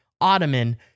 ottoman